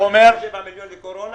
זה אומר --- ועוד 27 מיליון לקורונה,